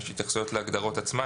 אם יש התייחסויות להגדרות עצמן.